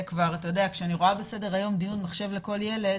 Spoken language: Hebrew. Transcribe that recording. כשאני רואה בסדר היום: דיון "מחשב לכל ילד",